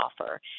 offer